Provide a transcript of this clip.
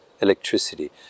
electricity